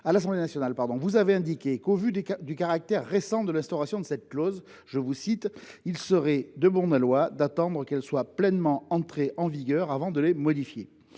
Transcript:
à l’Assemblée nationale, vous avez indiqué que, au vu du caractère récent de l’instauration de cette clause, « il serait de bon aloi d’attendre qu’elles soient pleinement entrées en vigueur avant de les modifier